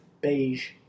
beige